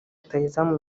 rutahizamu